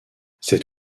cet